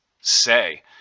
say